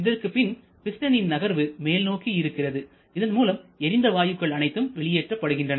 இதற்குப் பின் பிஸ்டனின் நகர்வு மேல் நோக்கி இருக்கிறது இதன்மூலம் எரிந்த வாயுக்கள் அனைத்தும் வெளியேற்றப்படுகின்றன